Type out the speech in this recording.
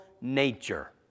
nature